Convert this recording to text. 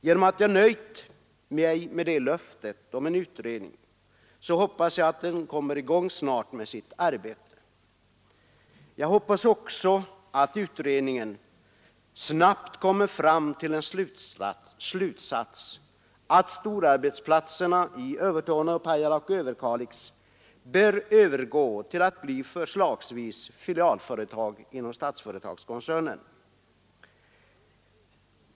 Genom att jag nöjt mig med löftet om en utredning så hoppas jag att den kommer i gång snart med sitt arbete. Jag hoppas också att utredningen snabbt kommer fram till en slutsats att storarbetsplatserna i Övertorneå, Pajala och Överkalix bör övergå till att bli förslagsvis filialföretag inom Statsföretagskoncernen.